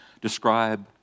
describe